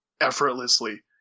effortlessly